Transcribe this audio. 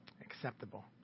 acceptable